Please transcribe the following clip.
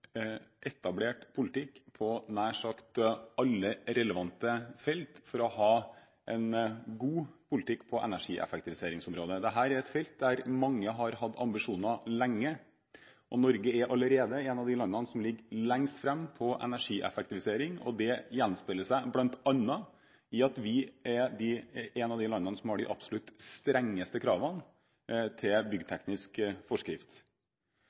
etablert politikk på nær sagt alle relevante felt for å ha en god politikk på energieffektiviseringsområdet. Dette er felt der mange har hatt ambisjoner lenge. Norge er allerede et av de landene som ligger lengst fremme på energieffektivisering, og det gjenspeiler seg bl.a. i at vi er et av de landene som har de absolutt strengeste kravene til byggteknisk forskrift.